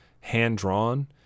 hand-drawn